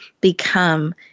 become